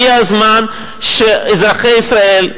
הגיע הזמן שאזרחי ישראל,